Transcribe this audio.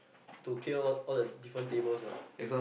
to clear all all the different tables what